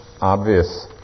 obvious